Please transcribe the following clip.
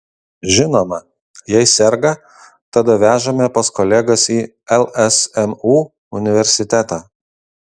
žinoma jei serga tada vežame pas kolegas į lsmu universitetą